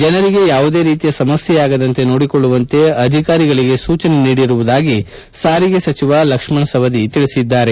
ಜನರಿಗೆ ಯಾವುದೇ ರೀತಿಯ ಸಮಸ್ಥೆ ಆಗದಂತೆ ನೋಡಿಕೊಳ್ಳುವಂತೆ ಅಧಿಕಾರಿಗಳಿಗೆ ಸೂಚನೆ ನೀಡಿರುವುದಾಗಿ ಸಾರಿಗೆ ಸಚಿವ ಲಕ್ಷಣ್ ಸವದಿ ಹೇಳಿದ್ದಾರೆ